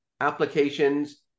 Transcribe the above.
applications